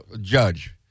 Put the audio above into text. judge